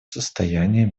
состояния